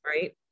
right